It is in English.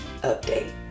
Update